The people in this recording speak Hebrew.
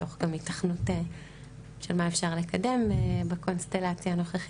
תוך היתכנות של מה אפשר לקדם בקונסטלציה הנוכחית.